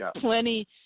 plenty –